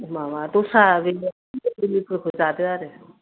माबा दस्रा ओरैनो मुलिफोरखौ जादो आरो